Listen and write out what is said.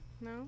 No